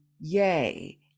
yay